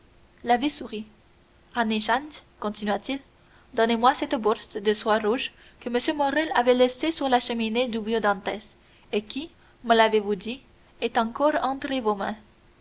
en échange continua-t-il donnez-moi cette bourse de soie rouge que m morrel avait laissée sur la cheminée du vieux dantès et qui me l'avez-vous dit est encore entre vos mains